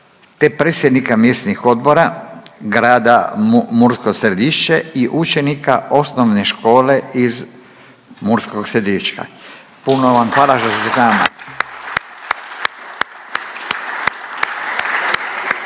te predsjednika mjesnih odbora Grada Mursko Središće i učenika OŠ iz Murskog Središća. Puno vam hvala što ste s nama.